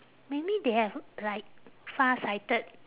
maybe they have like far-sighted